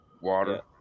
water